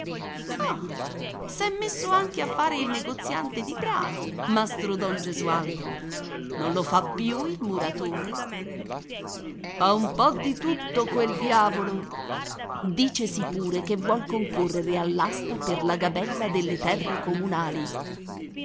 s'è messo anche a fare il negoziante di grano mastro don gesualdo non lo fa più il muratore fa un po di tutto quel diavolo dicesi pure che vuol concorrere all'asta per la gabella delle terre comunali